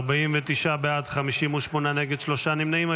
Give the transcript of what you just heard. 49 בעד, 58 נגד, שלושה נמנעים.